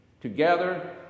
Together